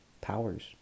powers